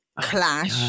clash